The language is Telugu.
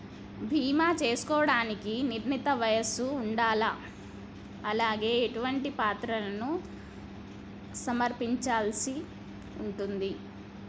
బీమా చేసుకోవడానికి నిర్ణీత వయస్సు ఉండాలా? అలాగే ఎటువంటి పత్రాలను సమర్పించాల్సి ఉంటది?